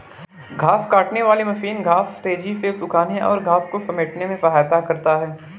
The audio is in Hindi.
घांस काटने वाली मशीन घांस तेज़ी से सूखाने और घांस को समेटने में सहायता करता है